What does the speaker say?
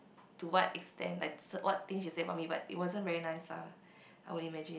to what extent like what things she say about me but it wasn't very nice lah I would imagine